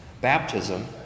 Baptism